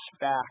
back